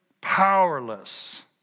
powerless